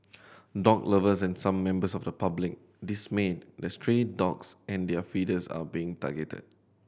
dog lovers and some members of the public dismayed that stray dogs and their feeders are being targeted